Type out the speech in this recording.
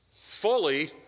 Fully